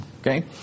Okay